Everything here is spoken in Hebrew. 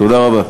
תודה רבה.